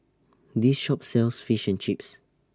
This Shop sells Fish and Chips